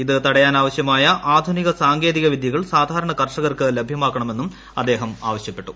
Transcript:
ഇത് തടയാനാവശ്യമായ ആധുനിക സാങ്കേതിക വിദ്യകൾ കർഷകർക്ക് ലഭ്യമാക്കണമെന്നും അദ്ദേഹം ആവശ്യപ്പെട്ടു